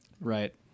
Right